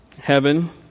heaven